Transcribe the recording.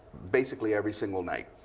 basically, every single night.